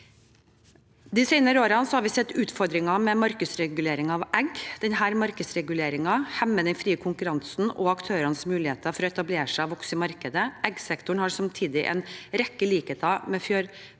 De senere årene har vi sett utfordringer med markedsregulering av egg. Denne markedsreguleringen hemmer den frie konkurransen og aktørenes muligheter for å etablere seg og vokse i markedet. Eggsektoren har samtidig en rekke likheter med